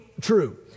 true